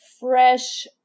fresh